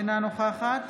אינה נוכחת